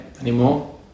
anymore